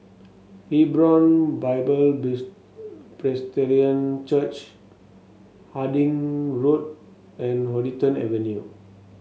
Hebron Bible Presbyterian Church Harding Road and Huddington Avenue